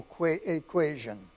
equation